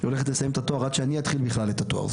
היא הולכת לסיים את התואר רק כשאני אתחיל בכלל את התואר.